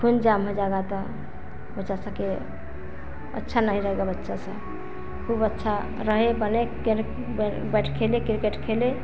खून जाम हो जाएगा त बच्चा सके अच्छा नहीं रहेगा बच्चा स खूब अच्छा रहे भले क्रिक बैट खेले क्रिकेट खेले